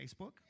Facebook